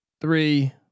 three